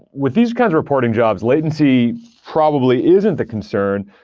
with these kinds of reporting jobs, latency probably isn't the concern,